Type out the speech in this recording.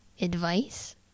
Advice